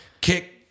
kick